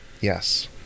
Yes